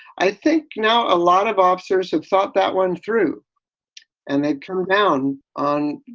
i think now a lot of officers have thought that one through and they've come down on.